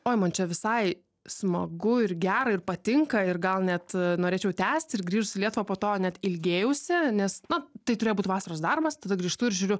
oi man čia visai smagu ir gera ir patinka ir gal net norėčiau tęsti ir grįžus į lietuvą po to net ilgėjausi nes na tai turėjo būt vasaros darbas tada grįžtu ir žiūriu